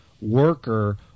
worker